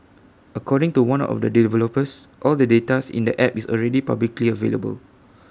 according to one of the developers all the data in the app is already publicly available